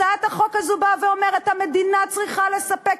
הצעת החוק הזאת באה ואומרת: המדינה צריכה לספק